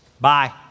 Bye